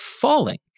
falling